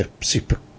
super